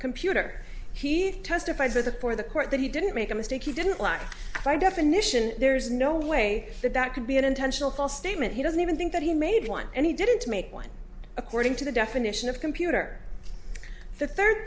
computer he testified for the for the court that he didn't make a mistake he didn't lack by definition there's no way that that could be an intentional false statement he doesn't even think that he made one and he didn't make one according to the definition of computer th